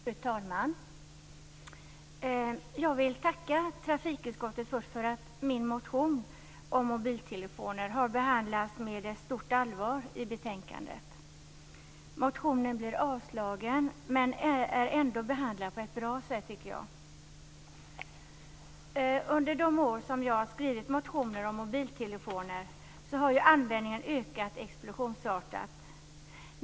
Fru talman! Jag vill tacka trafikutskottet för att min motion om mobiltelefoner har behandlats med ett stort allvar i betänkandet. Motionen avstyrks men är ändå behandlad på ett bra sätt, tycker jag. Under de år som jag har skrivit motioner om mobiltelefoner har användningen ökat explosionsartat.